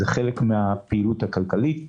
זה חלק מן הפעילות הכלכלית.